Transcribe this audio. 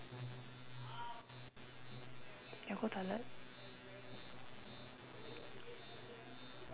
you go toilet